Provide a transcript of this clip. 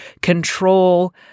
control